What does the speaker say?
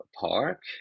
park